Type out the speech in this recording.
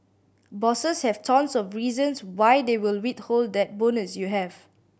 bosses have tons of reasons why they will withhold that bonus you have